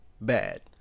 bad